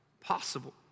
possible